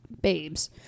babes